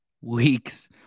weeks